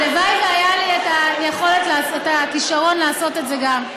הלוואי שהיה לי את הכישרון לעשות את זה גם.